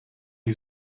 jej